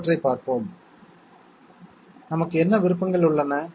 மற்றவற்றைப் பார்ப்போம் நமக்கு என்ன விருப்பங்கள் உள்ளன